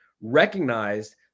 recognized